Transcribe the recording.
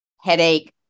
headache